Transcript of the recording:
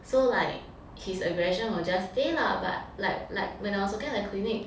so like his aggression will just stay lah but like like when I was working at the clinic